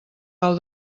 pau